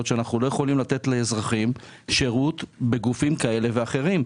שאנחנו לא יכולים לתת לאזרחים שירות בגופים כאלה ואחרים,